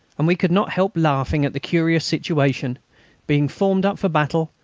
and we could not help laughing at the curious situation being formed up for battle,